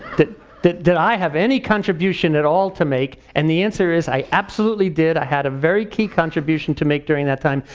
did did i have any contribution at all to make and the answer is i absolutely did, i had a very key contribution to make during that time.